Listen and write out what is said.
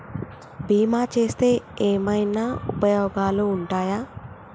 బీమా చేస్తే ఏమన్నా ఉపయోగాలు ఉంటయా?